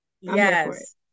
yes